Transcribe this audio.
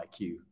IQ